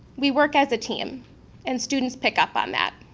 we work as a team and students pick up on that.